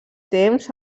temps